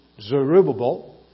Zerubbabel